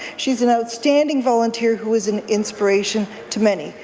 she's an outstanding volunteer who is an inspiration to many.